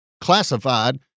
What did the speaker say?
classified